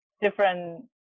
different